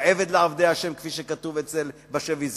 "עבד לעבדי ה'" כפי שכתוב אצל בשביס-זינגר.